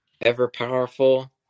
ever-powerful